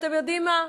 אתם יודעים מה?